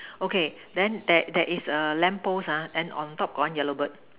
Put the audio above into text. okay then there there is a lamp post ah then on top got one yellow bird